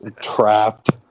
Trapped